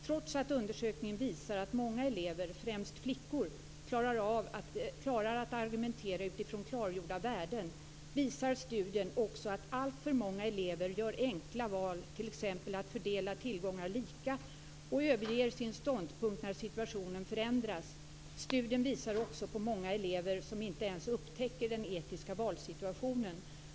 Trots att undersökningen visar att många elever, främst flickor, klarar att argumentera utifrån klargjorda värden, visar studien också att alltför många elever gör enkla val, t.ex. att fördela tillgångar lika, och överger sin ståndpunkt när situationen ändras. Studien visar också på många elever som inte ens upptäcker den etiska valsituationen."